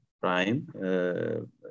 Prime